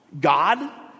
God